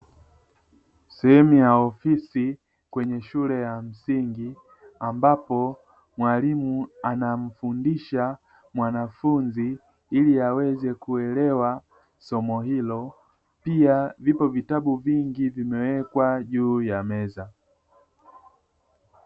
Sehemu ya ofisi kwenye shule ya msingi ambapo mwalimu anamfundisha mwanafunzi ili aweze kuelewa somo hilo. Pia vipo vitabu vingi vimewekwa juu ya meza.